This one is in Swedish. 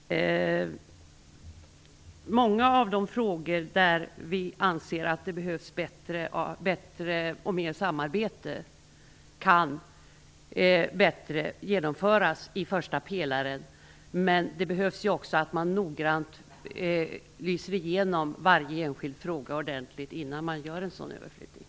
Herr talman! Många av de frågor där vi anser att det behövs mer samarbete kan bättre genomföras i första pelaren, men det krävs också att man noggrant lyser igenom varje enskild fråga innan man gör en överflyttning.